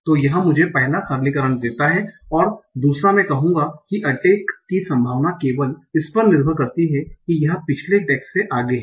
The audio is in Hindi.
तो यह मुझे पहला सरलीकरण देता है दूसरा मैं कहूंगा कि अटैक की संभावना केवल इस पर निर्भर करती है कि यह पिछले टैग्स से आगे है